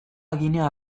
ginea